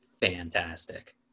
fantastic